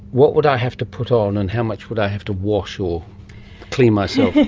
what would i have to put on and how much would i have to wash or clean myself?